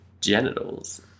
Genitals